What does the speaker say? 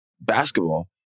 basketball